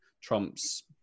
Trump's